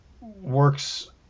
works